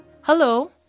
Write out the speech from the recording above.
Hello